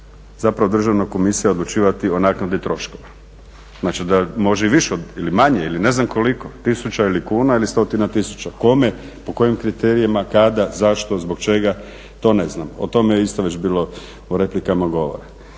zapravo državna komisija odlučivati o naknadi troškova. Znači da može i više, ili manje ili ne znam koliko tisuća ili kuna, ili stotina tisuća kuna. Kome, po kojem kriterijima, kada, zašto, zbog čega to ne znam, o tome je isto već bilo u replikama govora.